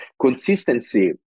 consistency